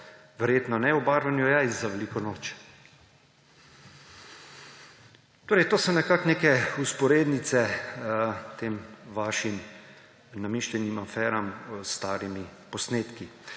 Verjetno ne o barvanju jajc za veliko noč. To so nekako neke vzporednice tem vašim namišljenim aferam, starimi posnetki.